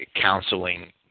counseling